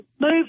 move